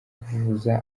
kuvuza